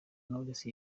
knowless